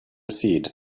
seed